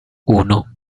uno